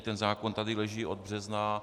Ten zákon tady leží od března.